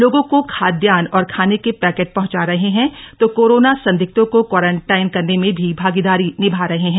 लोगों को खाद्यान्न और खाने के पैकेट पहुंचा रहे हैं तो कोरोना संदिग्घों को क्वारंटीन करने में भी भागीदारी निभा रहे हैं